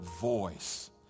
voice